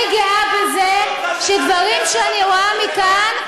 אני גאה בזה שדברים שאני רואה מכאן,